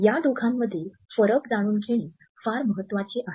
या दोघांमधील फरक जाणून घेणे फार महत्वाचे आहे